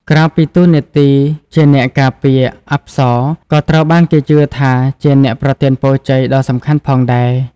ក្រៅពីតួនាទីជាអ្នកការពារ អប្សរក៏ត្រូវបានគេជឿថាជាអ្នកប្រទានពរជ័យដ៏សំខាន់ផងដែរ។